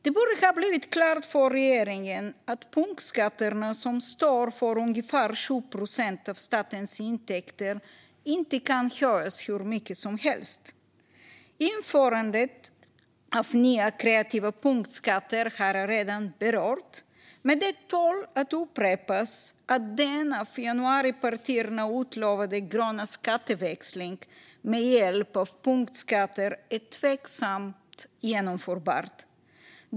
Det borde ha blivit klart för regeringen att punktskatterna, som står för ungefär 7 procent av statens intäkter, inte kan höjas hur mycket som helst. Införandet av nya kreativa punktskatter har jag redan berört, men det tål att upprepas att det är tveksamt om den av januaripartierna utlovade gröna skatteväxlingen med hjälp av punktskatter är genomförbar.